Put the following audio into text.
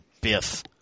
Biff